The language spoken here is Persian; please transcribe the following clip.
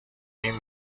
این